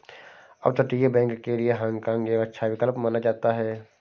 अपतटीय बैंक के लिए हाँग काँग एक अच्छा विकल्प माना जाता है